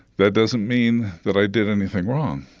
that doesn't mean that i did anything wrong.